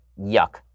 yuck